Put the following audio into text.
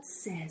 says